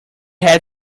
had